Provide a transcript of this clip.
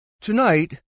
Tonight